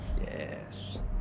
Yes